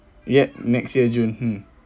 yet next year june mm